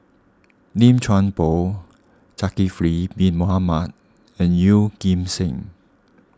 Lim Chuan Poh Zulkifli Bin Mohamed and Yeoh Ghim Seng